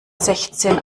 sechzehn